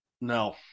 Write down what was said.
No